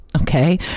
Okay